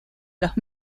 los